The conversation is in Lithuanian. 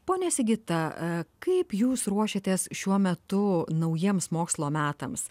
ponia sigita kaip jūs ruošėtės šiuo metu naujiems mokslo metams